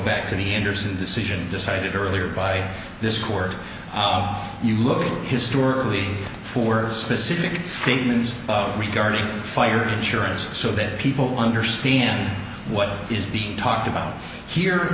back to the andersen decision decided earlier by this court you look historically for a specific statements regarding fire insurance so that people understand what is being talked about here